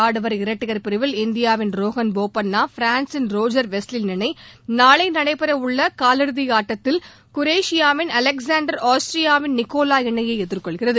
ஆடவர் இரட்டையர் பிரிவில் இந்தியாவின் ரோஹன் போபன்னா பிரான்சின் ரோஜர் வேஸ்லின் இணை நாளை நடைபெற உள்ள காலிறுதி ஆட்டத்தில் குரோஷியாவின் அலெக்ஸாண்டர் ஆஸ்திரியாவின் நிக்கோலா இணையை எதிர்கொள்கிறது